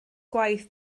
gwaith